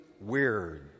weird